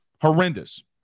Horrendous